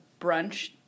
brunch